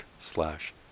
slash